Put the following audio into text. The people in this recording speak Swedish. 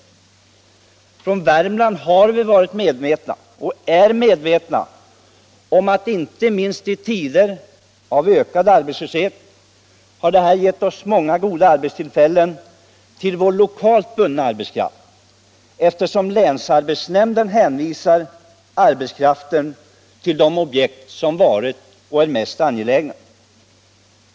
Vi från Värmland har varit medvetna och är medvetna om att detta anslag — inte minst i tider av ökad arbetslöshet — kunnat ge många goda arbetstillfällen till vår lokalt bundna arbetskraft, eftersom länsarbetsnämnden hänvisar arbetskraften till de objekt som varit och är mest angelägna.